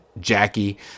Jackie